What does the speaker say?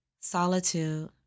Solitude